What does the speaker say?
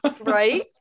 right